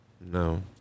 no